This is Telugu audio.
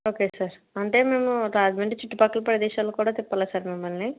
ఓకే సార్ అంటే మేము రాజమండ్రి చుట్టుపక్క ప్రదేశాలు కూడా తిప్పాలా సార్ మిమ్మల్ని